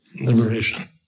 Liberation